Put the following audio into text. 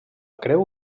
creu